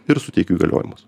ir suteikiu įgaliojimus